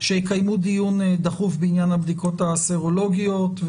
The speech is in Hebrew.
שיקיימו דיון דחוף בעניין הבדיקות הסרולוגיות.